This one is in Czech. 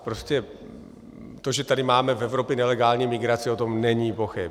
Prostě to, že tady máme v Evropě nelegální migraci, o tom není pochyb.